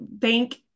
thank